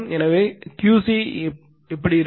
எனவே QC என்னவாக இருக்கும்